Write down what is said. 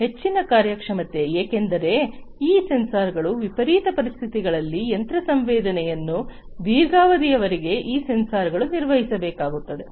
ಹೆಚ್ಚಿನ ಕಾರ್ಯಕ್ಷಮತೆ ಏಕೆಂದರೆ ಈ ಸೆನ್ಸಾರ್ಗಳು ವಿಪರೀತ ಪರಿಸ್ಥಿತಿಗಳಲ್ಲಿ ಯಂತ್ರ ಸಂವೇದನೆಯಲ್ಲಿ ದೀರ್ಘಾವಧಿಯವರೆಗೆ ಈ ಸೆನ್ಸರ್ಗಳು ನಿರ್ವಹಿಸಬೇಕಾಗುತ್ತದೆ